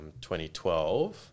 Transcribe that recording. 2012